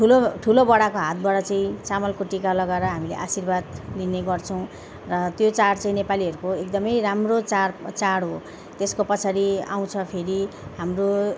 ठुलो ठुलोबडाको हातबाट चाहिँ चामलको टिका लगाएर हामीले आशीर्वाद लिने गर्छौँ र त्यो चाड चाहिँ नेपालीहरूको एकदमै राम्रो चाड चाड हो त्यसको पछाडि आउँछ फेरि हाम्रो